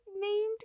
named